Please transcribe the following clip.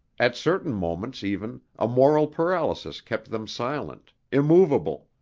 at certain moments even, a moral paralysis kept them silent, immovable,